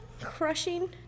crushing